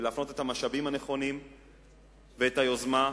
ולהפנות את המשאבים הנכונים ואת היוזמה,